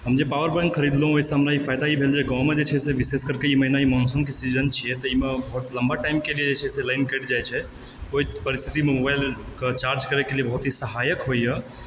हम जे पावरबैंक खरीदलहुँ ओहिसँ हमरा फायदा ई भेल जे गाँवमे जे छै से विशेषकर ई महीनामे मौनसूनके सीजन छियै ताहिमे बहुत लम्बा टाइमके लिए जे छै से लाइन कटि जाइत छै ओहि परिस्थितिमे मोबाइलके चार्ज करयके लिए बहुत ही सहायक होइए